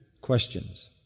questions